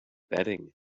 bedding